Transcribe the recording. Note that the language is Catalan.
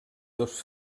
dos